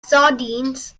sardines